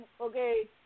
okay